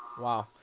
Wow